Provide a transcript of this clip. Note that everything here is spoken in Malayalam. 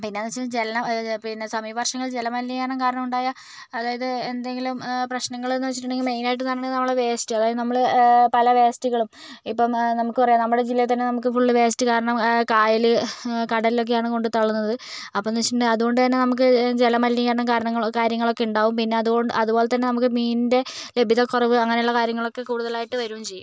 പിന്നേന്ന് വച്ചാൽ ജൽന പിന്നെ സമീപ വർഷങ്ങളിൽ ജല മലിനീകരണം കാരണം ഉണ്ടായ അതായത് എന്തെങ്കിലും പ്രശനങ്ങളെന്ന് വെച്ചിട്ടുണ്ടെങ്കിൽ മെയ്നായിട്ടും തന്നെ നമ്മുടെ വേസ്റ്റ് അതായത് നമ്മള് പല വേസ്റ്റ്കളും ഇപ്പം നമുക്ക് പറയുവാണ് നമ്മുടെ ജില്ലയിൽ തന്നെ നമുക്ക് ഫുൾ വേസ്റ്റ് കാരണം കായല് കടലിലൊക്കെയാണ് കൊണ്ട് തള്ളുന്നത് അപ്പമെന്ന് വച്ചിട്ടുണ്ടെങ്കിൽ അതുകൊണ്ട് തന്നെ നമുക്ക് ജലമലിനീകരണ കാരണങ്ങളോ കാര്യങ്ങളൊക്കെയുണ്ടാകു പിന്നെ അതുകൊ അതുപോലെ തന്നെ നമുക്ക് മീനിൻ്റെ ലഭ്യതക്കുറവ് അങ്ങനെയുള്ള കാര്യങ്ങളൊക്കെ കൂടുതലായിട്ട് വരികയും ചെയ്യും